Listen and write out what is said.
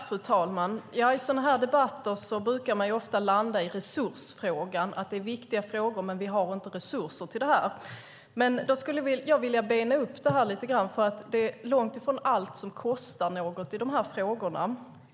Fru talman! I sådana här debatter brukar man ofta landa i resursfrågan: att det är viktiga frågor, men vi har inte resurser till det. Jag skulle vilja bena upp det lite grann, för det är långt ifrån allt i de här frågorna som kostar något.